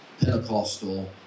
Pentecostal